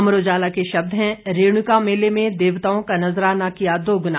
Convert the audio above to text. अमर उजाला के शब्द हैं रेणुका मेले में देवताओं का नजराना किया दोगुना